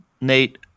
Nate